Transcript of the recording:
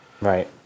Right